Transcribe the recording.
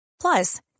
Plus